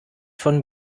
von